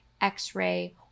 X-ray